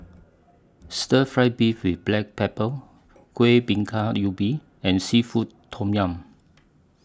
Stir Fried Beef with Black Pepper Kueh Bingka Ubi and Seafood Tom Yum